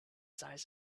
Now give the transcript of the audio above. size